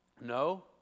No